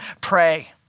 pray